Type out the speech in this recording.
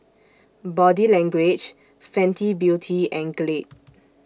Body Language Fenty Beauty and Glade